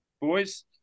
boys